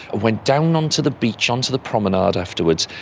went down onto the beach, onto the promenade afterwards,